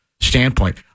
standpoint